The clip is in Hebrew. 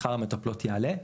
שכר המטפלות יעלה.